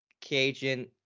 Cajun